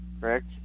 correct